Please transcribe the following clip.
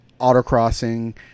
autocrossing